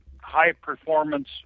high-performance